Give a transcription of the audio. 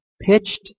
pitched